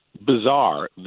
bizarre